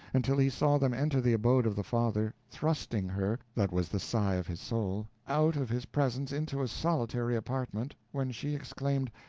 until he saw them enter the abode of the father, thrusting her, that was the sigh of his soul, out of his presence into a solitary apartment, when she exclaimed,